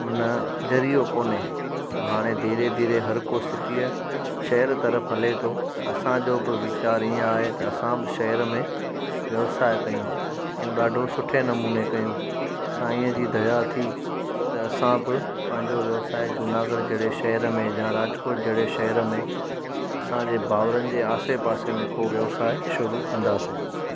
मन जरियो कोन्हे त हाणे धीरे धीरे हर को सिटीअ शहर तरफ हले थो त असांजो बि वीचार हीअं आहे त असां बि शहर में व्यवसाए कयूं ऐं ॾाढो सुठे नमूने कयूं साईंअ जी दया थी त असां बि पंहिंजो व्यवसाए जूनागढ़ जहिड़े शहर में जा राजकोट जहिड़े शहर में असांजे भाउरनि जे आसे पासे में को व्यवसाए शुरू कंदासीं